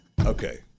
Okay